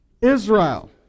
Israel